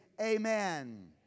Amen